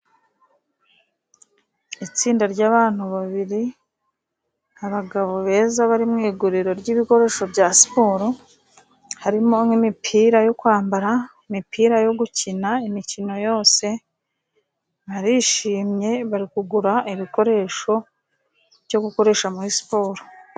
Itsinda ry'abantu, babiri abagabo beza bari mu iguriro ry'ibikoresho bya siporo, harimo nk'imipira yo kwambara, imipira yo gukina imikino yose, barishimye bari kugura ibikoresho byo gukoresha muri siporo.